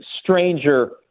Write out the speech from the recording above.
stranger